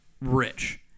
rich